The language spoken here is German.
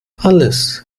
alles